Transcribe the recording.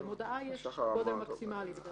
למודעה יש גודל מקסימאלי.